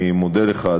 אני מודה לך,